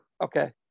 Okay